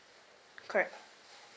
correct